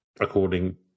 according